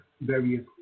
various